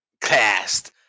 Cast